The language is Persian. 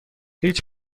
هیچ